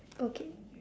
okay